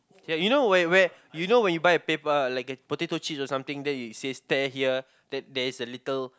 ya you know where where you know where you buy a paper like a potato chip or something then it says tear here there is a little